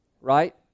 right